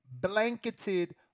blanketed